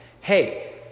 Hey